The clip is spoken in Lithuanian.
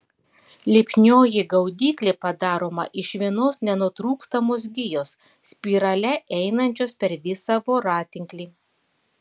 lipnioji gaudyklė padaroma iš vienos nenutrūkstamos gijos spirale einančios per visą voratinklį